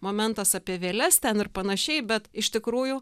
momentas apie vėles ten ir panašiai bet iš tikrųjų